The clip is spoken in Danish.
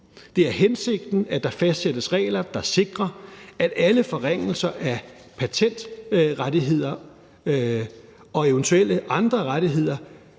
Det er hensigten, at der fastsættes regler, der sikrer, at alle forringelser af pantrettigheder og eventuelle andre rettigheder